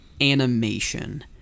animation